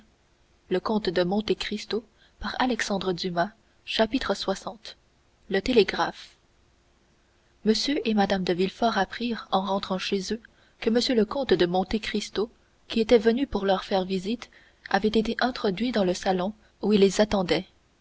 le notaire de la famille lx le télégraphe m et mme de villefort apprirent en rentrant chez eux que m le comte de monte cristo qui était venu pour leur faire visite avait été introduit dans le salon où il les attendait